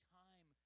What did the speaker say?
time